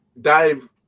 dive